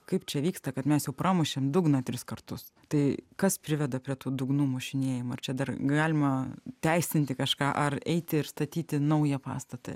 kaip čia vyksta kad mes jau pramušėm dugną tris kartus tai kas priveda prie tų dugnų mušinėjimo ar čia dar galima teisinti kažką ar eiti ir statyti naują pastatą